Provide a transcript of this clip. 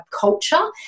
culture